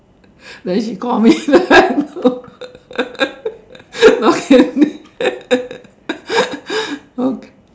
then she call me then I know